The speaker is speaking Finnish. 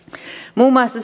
muun muassa